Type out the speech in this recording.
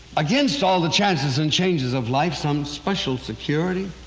against all the chances and changes of life, some special security